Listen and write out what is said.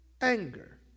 anger